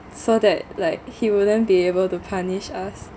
so that like he wouldn't be able to punish us